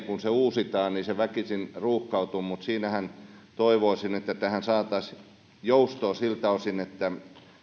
kun se viiden vuoden välein uusitaan se väkisin ruuhkautuu mutta siinähän toivoisin että tähän saataisiin joustoa siltä osin että